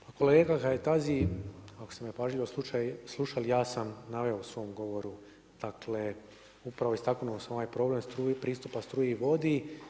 Pa kolega Kajtazi ako ste me pažljivo slušali, ja sam naveo u svom govoru dakle, upravo istaknuo sam ovaj problem struje i pristupa struji i vodi.